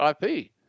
IP